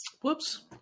Whoops